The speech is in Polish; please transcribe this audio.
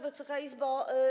Wysoka Izbo!